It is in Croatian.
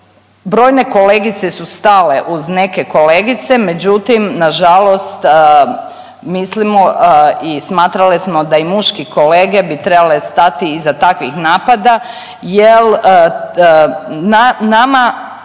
brojne kolegice su stale uz neke kolegice međutim nažalost mislimo i smatrale smo da i muški kolege bi trebali stati iza takvih napada jer nama